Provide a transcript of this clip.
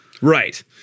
Right